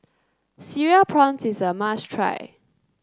Cereal Prawns is a must try